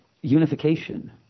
unification